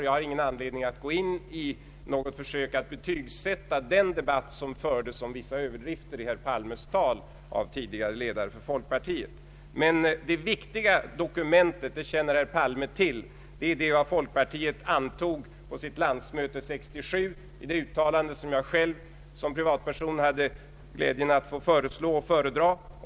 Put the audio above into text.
Jag har ingen anledning att göra något försök att betygsätta den debatt om vissa överdrifter i herr Palmes tal som förts av tidigare ledare för folkpartiet. Men det viktiga dokumentet — det känner herr Palme till — är det uttalande som folkpartiet antog på sitt landsmöte 1967, det uttalande som jag själv såsom privatperson hade slädjen att få föreslå och föredra.